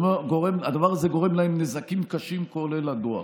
הדבר הזה גורם להן נזקים קשים, כולל לדואר.